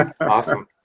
Awesome